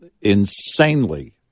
insanely